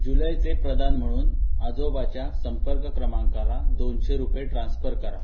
जुलैचे प्रधान म्हणून आजोबाच्या संपर्क क्रमांकाला दोनशे रुपये ट्रान्स्फर करा